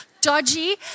Dodgy